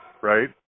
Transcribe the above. right